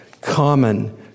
common